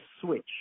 switch